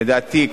לדעתי,